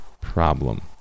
problem